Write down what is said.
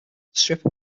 strip